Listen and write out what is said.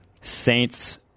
Saints